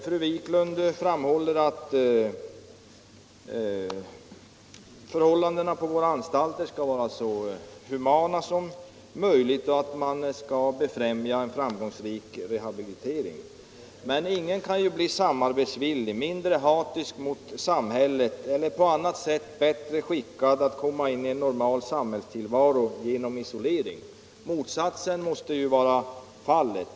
Fru Wiklund framhåller att förhållandena på våra anstalter skall vara så humana som möjligt och att man skall försöka främja en framgångsrik rehabilitering. Men ingen kan bli samarbetsvillig, mindre hatisk mot samhället eller på annat sätt bättre skickad att komma in i en normal samhällstillvaro genom isolering. Motsatsen måste vara fallet.